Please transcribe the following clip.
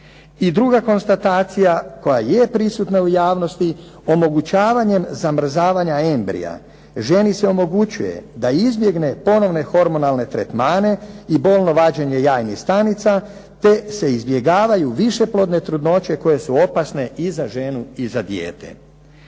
I druga konstatacija koja je prisutna u javnosti, omogućavanjem zamrzavanja embrija ženi se omogućuje da izbjegne ponovne hormonalne tretmane i bolno vađenje jajnih stanica te se izbjegavaju višeplodne trudnoće koje su opasne i za ženu i za dijete.